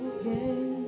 again